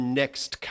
next